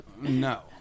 No